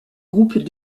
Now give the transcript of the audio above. groupes